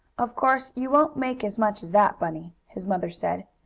of course you won't make as much as that, bunny, his mother said,